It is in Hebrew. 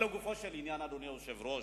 אבל לגופו של עניין, אדוני היושב-ראש,